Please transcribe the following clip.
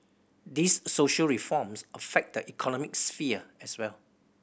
these social reforms affect the economic sphere as well